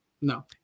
No